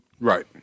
right